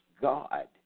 God